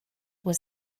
was